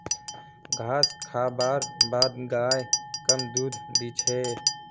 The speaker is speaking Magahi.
घास खा बार बाद गाय कम दूध दी छे